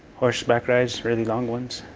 horseback rides, really long ones.